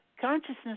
consciousness